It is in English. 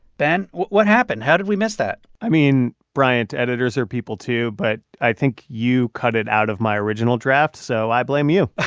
ben, what happened? how did we miss that? i mean, bryant, editors are people, too, but i think you cut it out of my original draft, so i blame you,